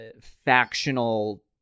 factional